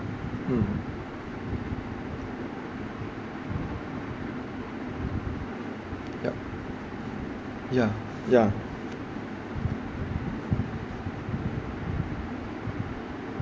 mm yup yeah yeah